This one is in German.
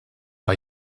bei